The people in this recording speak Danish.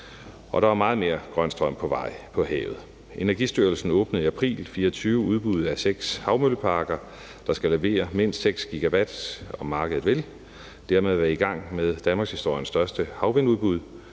Der er også meget mere grøn strøm på vej på havet. Energistyrelsen åbnede i april 2024 udbuddet af seks havvindmølleparker, der skal levere mindst 6 GW, om markedet vil. Dermed er vi i gang med danmarkshistoriens største havvindudbud.